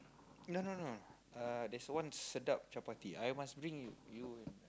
no no no uh there's one sedap chapati I must bring you